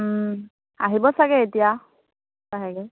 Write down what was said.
আহিব চাগে এতিয়া লাহেকৈ